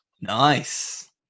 Nice